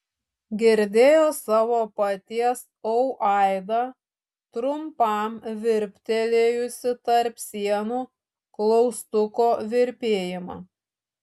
girdėjo savo paties au aidą trumpam virptelėjusį tarp sienų klaustuko virpėjimą